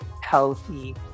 healthy